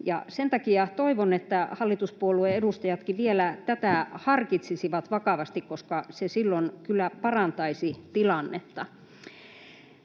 Sen takia toivon, että hallituspuolueiden edustajatkin vielä tätä harkitsisivat vakavasti, koska se kyllä parantaisi tilannetta.